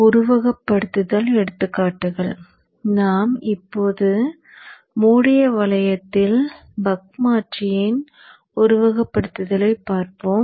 உருவகப்படுத்துதல் எடுத்துக்காட்டுகள் நாம் இப்போது மூடிய வளையத்தில் பக் மாற்றியின் உருவகப்படுத்துதலைப் பார்ப்போம்